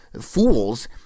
Fools